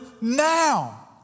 Now